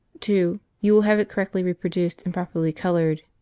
two you will have it correctly reproduced and properly coloured.